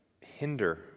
hinder